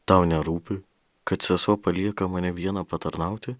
tau nerūpi kad sesuo palieka mane vieną patarnauti